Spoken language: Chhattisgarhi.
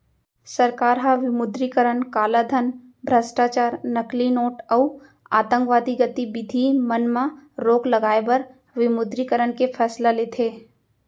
सरकार ह विमुद्रीकरन कालाधन, भस्टाचार, नकली नोट अउ आंतकवादी गतिबिधि मन म रोक लगाए बर विमुद्रीकरन के फैसला लेथे